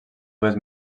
dues